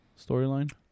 storyline